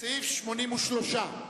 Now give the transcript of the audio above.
סעיף 83,